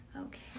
Okay